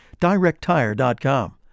DirectTire.com